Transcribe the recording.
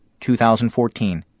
2014